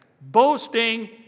Boasting